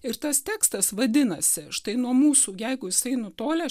ir tas tekstas vadinasi štai nuo mūsų jeigu jisai nutolęs